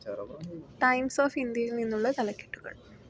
times of ഇന്ത്യയിൽ നിന്നുള്ള തലക്കെട്ടുകൾ